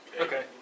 okay